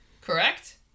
Correct